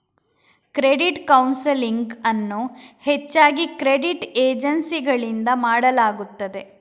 credit counselling ಅನ್ನು ಹೆಚ್ಚಾಗಿ credit ಏಜೆನ್ಸಿಗಳಿಂದ ಮಾಡಲಾಗುತ್ತದೆ